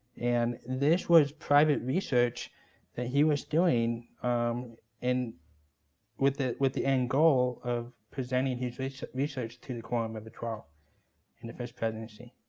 and this was private research that he was doing um and with the with the end goal of presenting his research research to the quorum of the twelve and the first presidency.